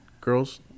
girls